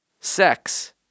Sex